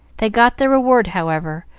they got their reward, however,